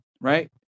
Right